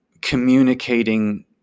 communicating